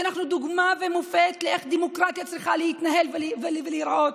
שאנחנו דוגמה ומופת איך דמוקרטיה צריכה להתנהל ולהיראות.